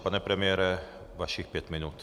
Pane premiére, vašich pět minut.